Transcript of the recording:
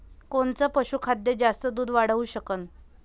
कोनचं पशुखाद्य जास्त दुध वाढवू शकन?